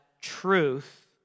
truth